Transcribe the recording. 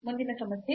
ಮುಂದಿನ ಸಮಸ್ಯೆ